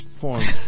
forms